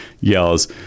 yells